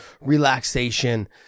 relaxation